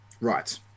Right